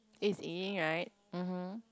it's Yi-Ying right mmhmm